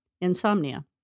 insomnia